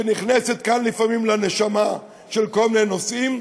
שנכנסת כאן לפעמים לנשמה של כל מיני נושאים,